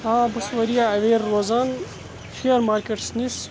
آ بہٕ چھُس واریاہ اَویر روزان شیر مارکیٹَس نِش